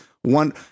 one